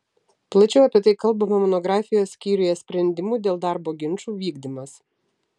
plačiau apie tai kalbama monografijos skyriuje sprendimų dėl darbo ginčų vykdymas